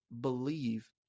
believe